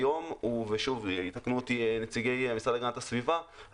יתקנו אותי נציגי המשרד להגנת הסביבה,